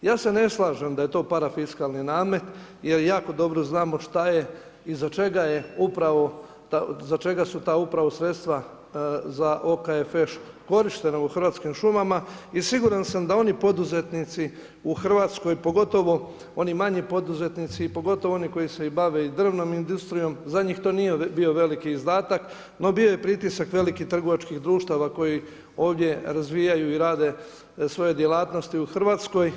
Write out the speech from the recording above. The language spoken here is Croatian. Ja se ne slažem da je to parafiskalni namet. jer jako dobro znamo šta je i iza čega su ta upravo sredstva za OKFEŠ korištenja u Hrvatskim šumama i siguran sam da oni poduzetnici u Hrvatskoj pogotovo oni manji poduzetnici i pogotovo oni koji se bave i drvnom industrijom, za njih to nije bio veliki izdatak, no bio je pritisak velikih trgovačkih društava koji ovdje razvijaju i rade svoje djelatnosti u Hrvatskoj.